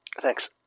Thanks